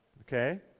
Okay